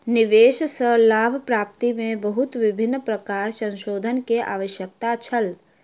निवेश सॅ लाभ प्राप्ति में बहुत विभिन्न प्रकारक संशोधन के आवश्यकता छल